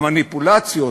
והמניפולציות,